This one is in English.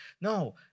No